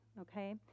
okay